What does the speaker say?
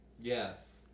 Yes